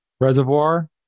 reservoir